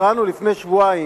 קראנו לפני שבועיים,